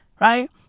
Right